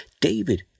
David